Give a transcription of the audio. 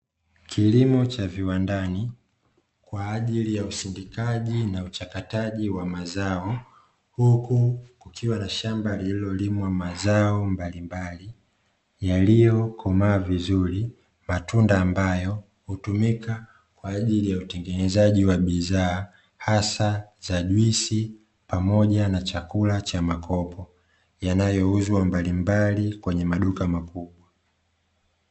Kilimo cha viwandani kwa ajili ya usindikaji na uchakataji wa mazao; huku kukiwa na shamba lililolimwa mazao mbalimbali yaliyo komaa vizuri. Matunda ambayo hutumika kwa ajilli ya utengenezaji wa bidhaa hasa za juisi pamoja na chakula cha makopo, yanayouzwa mbalimbali kwenye maduka makubwa.